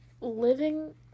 living